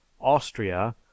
austria